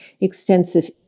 extensive